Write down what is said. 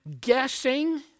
guessing